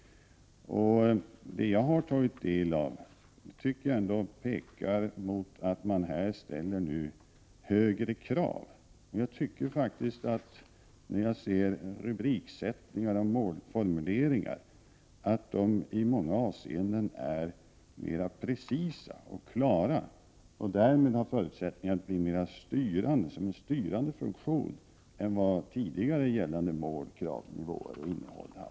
Det jag har tagit del av tyder på att man nu ställer högre krav. Jag tycker att rubriksättningar och målformuleringar i många avseenden är mer precisa och klara och därmed har förutsättningar att bli mera styrande än tidigare gällande målsättningar, krav, nivåer och innehåll.